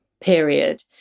period